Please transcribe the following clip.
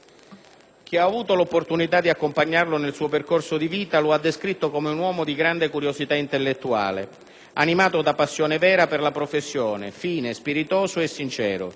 Chi ha avuto l'opportunità di accompagnarlo nel suo percorso di vita lo ha descritto come un uomo di grande curiosità intellettuale, animato da passione vera per la professione, fine, spiritoso e sincero.